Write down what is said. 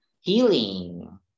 healing